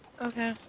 Okay